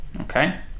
okay